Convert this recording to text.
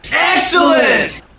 Excellent